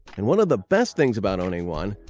and one of the best things about owning one,